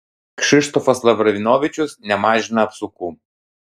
kšištofas lavrinovičius nemažina apsukų